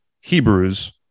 Hebrews